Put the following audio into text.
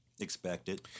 Expected